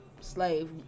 slave